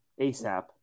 ASAP